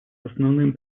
основным